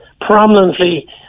prominently